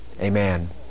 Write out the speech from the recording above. amen